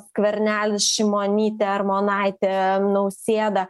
skvernelis šimonytė armonaitė nausėda